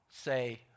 say